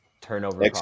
turnover